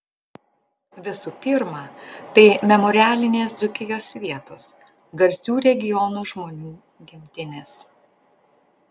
visų pirma tai memorialinės dzūkijos vietos garsių regiono žmonių gimtinės